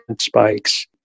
spikes